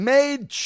Made